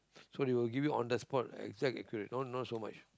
so they will give you on the spot exact accurate not not so much